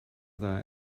dda